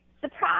surprise